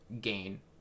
gain